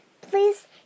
Please